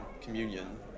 communion